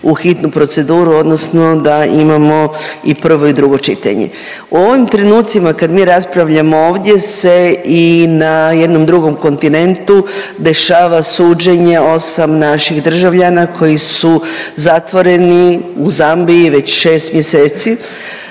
u hitnu proceduru odnosno da imamo i prvo i drugo čitanje. U ovim trenucima kad mi raspravljamo ovdje se i na jednom drugom kontinentu dešava suđenje osam naših državljana koji su zatvoreni u Zambiji već šest mjeseci